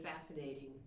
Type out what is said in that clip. fascinating